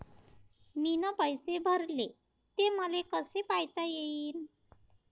मीन पैसे भरले, ते मले कसे पायता येईन?